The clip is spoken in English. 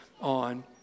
on